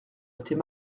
était